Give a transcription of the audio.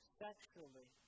sexually